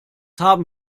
haben